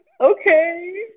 Okay